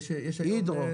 הידרו.